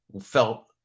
felt